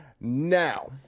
Now